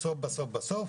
בסוף בסוף בסוף